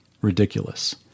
ridiculous